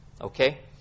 Okay